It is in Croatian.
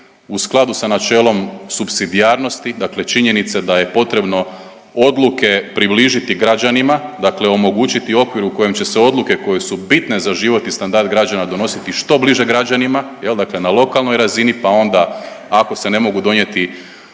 u skladu sa načelom supsidijarnosti, dakle činjenice da je potrebno odluke približiti građanima, dakle omogućiti okvir u kojem će se odluke koje su bitne za život i standard građana donositi što bliže građanima, jel dakle na lokalnoj razini pa onda ako se ne mogu donijeti